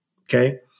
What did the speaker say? Okay